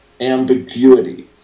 ambiguity